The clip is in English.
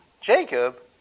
Jacob